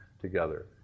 together